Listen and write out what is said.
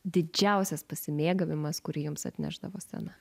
didžiausias pasimėgavimas kurį jums atnešdavo scena